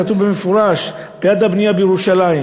כתוב במפורש: בעד הבנייה בירושלים.